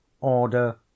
Order